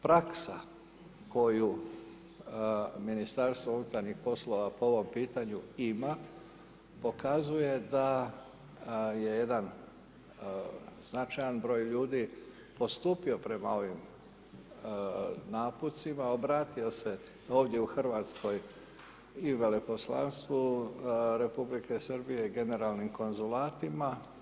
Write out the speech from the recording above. Praksa koju ministarstvo unutarnjih poslova, po ovom pitanju i ima, pokazuje da je jedan značajan br. ljudi postupio prema ovim napucima, obratio se ovdje u Hrvatskoj i veleposlanstvu Republike Srbije i generalnim konzulatima.